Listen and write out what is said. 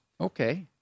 Okay